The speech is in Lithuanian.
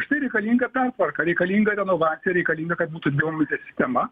štai reikalinga pertvarka reikalinga renovacija reikalinga kad būtų dvivamzdė sistema